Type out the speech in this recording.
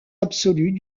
absolue